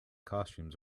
costumes